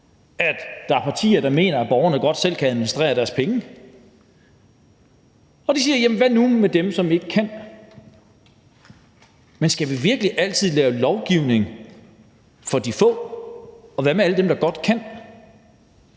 andre partier, der mener, at borgerne godt selv kan administrere deres penge. De siger: Hvad nu med dem, som ikke kan det? Men skal vi virkelig altid lave lovgivning for de få? Og hvad med alle dem, der godt kan